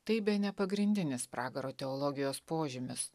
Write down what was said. tai bene pagrindinis pragaro teologijos požymis